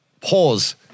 pause